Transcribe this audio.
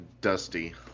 dusty